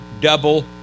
double